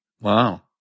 Wow